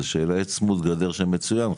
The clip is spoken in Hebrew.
כי יש יישוב שהוא צמוד גדר וחי מצוין.